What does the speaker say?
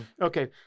Okay